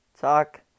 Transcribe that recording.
Talk